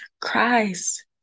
cries